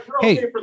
hey